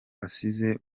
asize